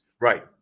Right